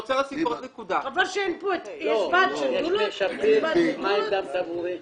יש ועד של דולות?